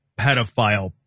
pedophile